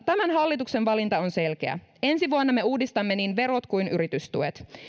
tämän hallituksen valinta on selkeä ensi vuonna me uudistamme niin verot kuin yritystuet